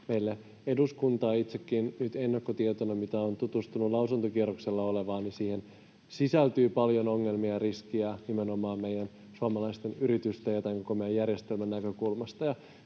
meille eduskuntaan. Kun itsekin on nyt ennakkotietona tutustunut lausuntokierroksella olevaan, niin siihen sisältyy paljon ongelmia ja riskejä nimenomaan meidän suomalaisten yritysten ja tämän koko meidän järjestelmän näkökulmasta.